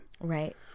Right